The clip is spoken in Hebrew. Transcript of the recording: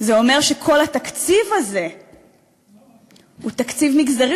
זה אומר שכל התקציב הזה הוא תקציב מגזרי,